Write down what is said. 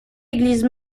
église